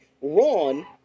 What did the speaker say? Ron